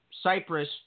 Cyprus